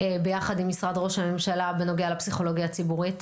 ביחד עם משרד ראש הממשלה בנוגע לפסיכולוגיה הציבורית?